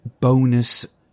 bonus